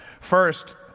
First